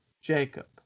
Jacob